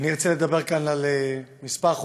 ארצה לדבר כאן על כמה חוקים